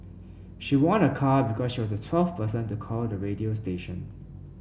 she won a car because she was the twelfth person to call the radio station